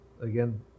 again